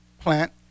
plant